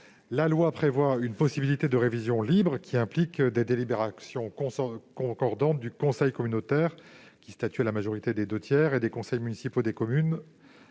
La loi prévoit une possibilité de révision libre qui implique les délibérations concordantes du conseil communautaire, statuant à la majorité des deux tiers, et des conseils municipaux des communes